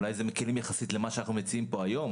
אולי זה מקלים יחסית למה שאנחנו מציעים פה היום,